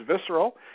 visceral